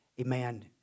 amen